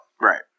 right